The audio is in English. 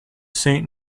saint